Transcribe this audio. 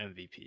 MVP